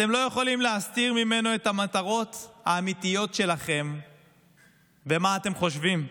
אתם לא יכולים להסתיר ממנו את המטרות האמיתיות שלכם ומה אתם חושבים.